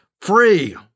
free